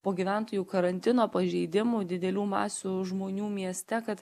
po gyventojų karantino pažeidimų didelių masių žmonių mieste kad